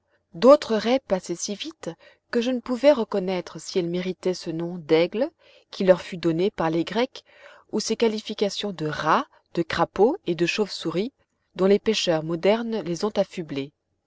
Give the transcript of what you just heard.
d'autres raies passaient si vite que je ne pouvais reconnaître si elles méritaient ce nom d'aigles qui leur fut donné par les grecs ou ces qualifications de rat de crapaud et de chauve-souris dont les pêcheurs modernes les ont affublées